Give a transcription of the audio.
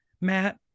matt